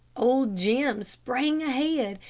old jim sprang ahead,